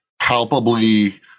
palpably